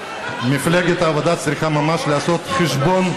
מפלגת העבודה צריכה ממש לעשות חשבון,